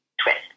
twist